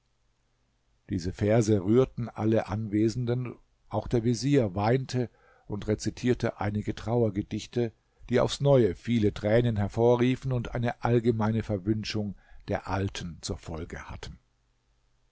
diese verse rührten alle anwesenden auch der vezier weinte und rezitierte einige trauergedichte die aufs neue viele tränen hervorriefen und eine allgemeine verwünschung der alten zur folge hatten